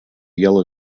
yellow